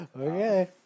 Okay